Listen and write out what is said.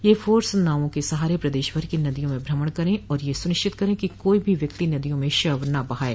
यह फोर्स नावों के सहारे प्रदशभर की नदियों में भ्रमण करे और यह सुनिश्चित करे कि कोई भी व्यक्ति नदियों में शव न बहाये